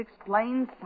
explain